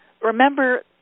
Remember